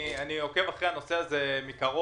עוקב אחרי הנושא הזה מקרוב,